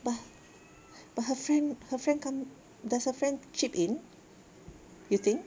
but but her friend her friend come does her friend chip in you think